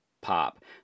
pop